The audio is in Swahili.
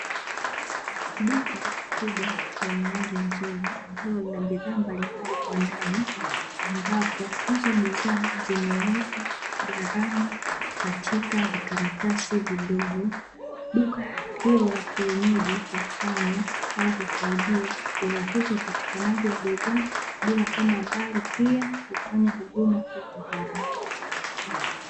Duka kubwa lenye rangi nzuri ambalo lina bidhaa za mbalimbali kwa ndani, ambapo hizo bidhaa zimewekwa gharama katika vikaratasi vidogo. Duka hilo la kienyeji hufanya au husaidia urahisi wa upatikanaji wa bidhaa bila kwenda mbali, pia hufanya huduma kuwa kwa haraka.